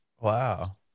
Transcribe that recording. Wow